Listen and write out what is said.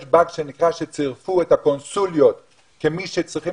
יש באג שנקרא שצירפו את הקונסוליות כמי שצריכים